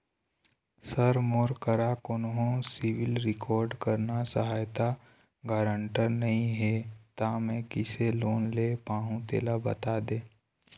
sir मोर करा कोन्हो सिविल रिकॉर्ड करना सहायता गारंटर नई हे ता मे किसे लोन ले पाहुं तेला बता दे